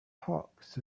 hawks